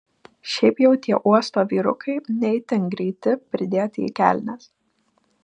šiaip jau tie uosto vyrukai ne itin greiti pridėti į kelnes